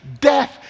death